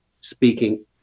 speaking